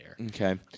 Okay